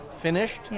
finished